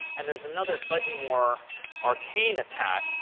and there's another slightly more arcane attack.